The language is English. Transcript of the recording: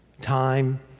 time